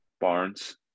Barnes